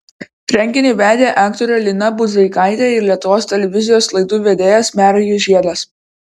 renginį vedė aktorė lina budzeikaitė ir lietuvos televizijos laidų vedėjas marijus žiedas